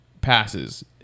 passes